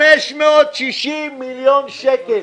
560 מיליון שקל.